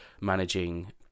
managing